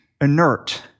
inert